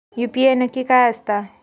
UPI नक्की काय आसता?